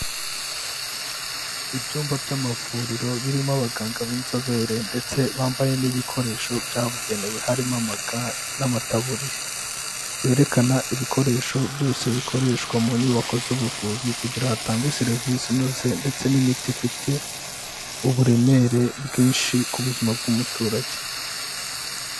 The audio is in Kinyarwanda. Ibyumba by'amavuriro birimo abaganga b'inzobere ndetse bambaye n'ibikoresho byabugenewe harimo ama ga n'amataburiya, berekana ibikoresho byose bikoreshwa mu nyubako z'ubuvuzi kugira hatangwe serivise inoze ndetse n'imiti ifite uburemere bwinshi ku buzima bw'umuturage.